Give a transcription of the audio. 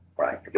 Right